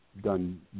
done